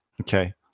Okay